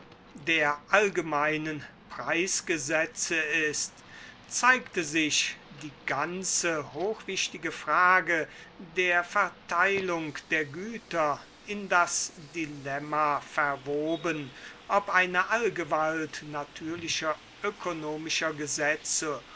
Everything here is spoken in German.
der allgemeinen preisgesetze ist zeigte sich die ganze hochwichtige frage der verteilung der güter in das dilemma ver woben ob eine allgewalt natürlicher ökonomischer gesetze